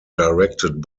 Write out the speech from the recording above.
directed